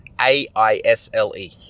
a-i-s-l-e